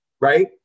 Right